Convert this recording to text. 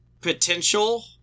potential